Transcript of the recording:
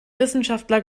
wissenschaftler